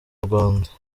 rwanda